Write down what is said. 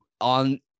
on